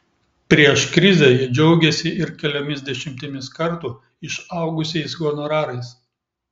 prieš krizę jie džiaugėsi ir keliomis dešimtimis kartų išaugusiais honorarais